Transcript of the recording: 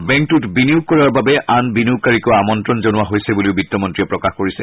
বেংকটোত বিনিয়োগ কৰাৰ বাবে আন বিনিয়োগকাৰীকো আমন্ত্ৰণ জনোৱা হৈছে বুলিও বিত্তমন্ত্ৰীয়ে প্ৰকাশ কৰিছে